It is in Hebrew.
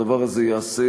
הדבר הזה ייעשה,